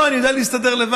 לא, אני יודע להסתדר לבד.